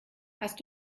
hast